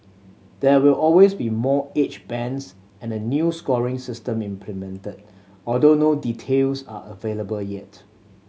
there will always be more age bands and a new scoring system implemented although no details are available yet